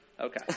Okay